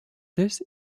this